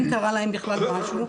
אם קרה להם בכלל משהו,